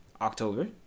October